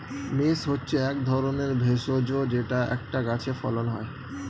mace হচ্ছে এক ধরনের ভেষজ যেটা একটা গাছে ফলন হয়